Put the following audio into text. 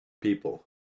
people